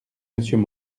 monsieur